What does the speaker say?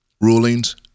rulings